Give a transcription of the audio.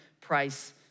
price